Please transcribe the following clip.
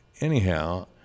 anyhow